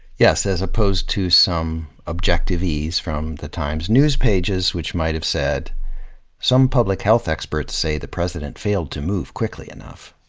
yes, as opposed to some objective-ese from the times news pages, which might have said some public health experts say the president failed to move quickly enough.